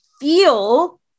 feel